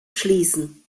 schließen